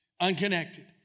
Unconnected